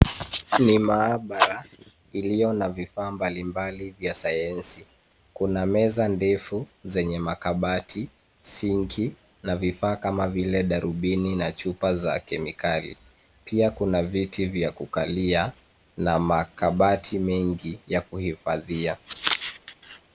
Ni maabara iliyona vifaa mbalimbali vya sayansi . Kuna meza ndefu zenye makabati, sinki na vifaa kama vile darubini na chupa za kemikali. Pia kuna viti vya kukalia na makabati mengi ya kuifadhia.